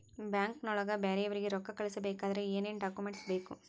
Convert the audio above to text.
ಬ್ಯಾಂಕ್ನೊಳಗ ಬೇರೆಯವರಿಗೆ ರೊಕ್ಕ ಕಳಿಸಬೇಕಾದರೆ ಏನೇನ್ ಡಾಕುಮೆಂಟ್ಸ್ ಬೇಕು?